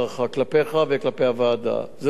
אבל תמיד מצאת את החיבורים המתאימים,